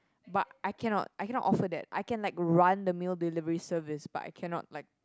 but I cannot I cannot offer that I can like run the mail delivery service but I cannot like